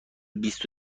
بیست